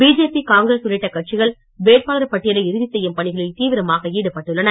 BJP Congress உள்ளிட்ட கட்சிகள் வேட்பாளர் பட்டியலை இறுதிச் செய்யும் பணிகளில் தீவிரமாக ஈடுபட்டுள்ளன